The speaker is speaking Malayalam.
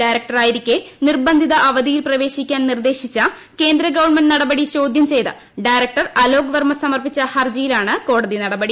ഡയറക്ടറായിരിക്കെ നിർബന്ധിത അവധിയിൽ പ്രവേശിക്കാൻ നിർദ്ദേശിച്ച കേന്ദ്ര ഗവൺമെന്റ് നടപടി ചോദ്യം ചെയ്ത് ഡയറക്ടർ അലോക് വർമ്മ സമർപ്പിച്ച ഹർജിയിലാണ് കോടതി നടപടി